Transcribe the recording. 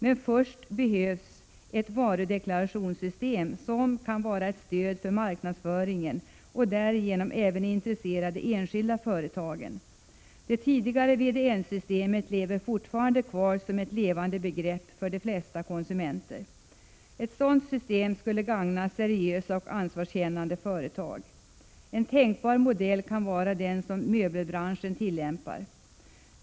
Men först behövs ett varudeklarationssystem som kan vara ett stöd för marknadsföringen och därigenom även intressera de enskilda företagen. Det tidigare VDN systemet lever fortfarande kvar som ett levande begrepp för de flesta konsumenter. Ett sådant system skulle gagna seriösa och ansvarskännande företag. En tänkbar modell kan vara den som möbelbranschen tillämpar.